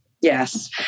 Yes